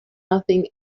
nothing